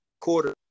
quarter